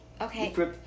Okay